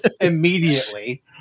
immediately